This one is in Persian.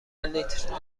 لیتر